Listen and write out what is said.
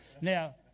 Now